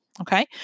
okay